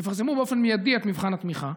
תפרסמו באופן מיידי את מבחן התמיכה,